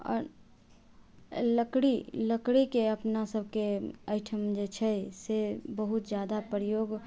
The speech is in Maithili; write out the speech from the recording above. आओर लकड़ी लकड़ीके अपना सभके एहिठाम जे छै से बहुत जादा प्रयोग